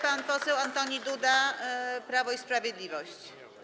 Pan poseł Antoni Duda, Prawo i Sprawiedliwość.